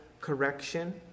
Correction